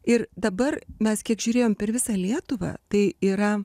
ir dabar mes kiek žiūrėjom per visą lietuvą tai yra